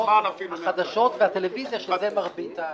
החדשות והטלוויזיה, שזה מרבית התאגיד.